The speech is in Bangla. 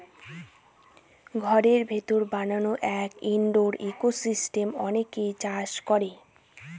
ঘরের ভিতরে বানানো এক ইনডোর ইকোসিস্টেম অনেকে চাষ করে